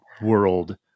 world